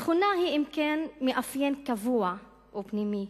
תכונה היא, אם כן, מאפיין קבוע או פנימי,